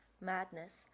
madness